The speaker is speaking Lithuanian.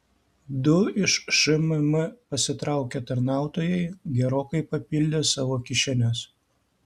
du iš šmm pasitraukę tarnautojai gerokai papildė savo kišenes